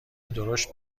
درشت